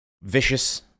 vicious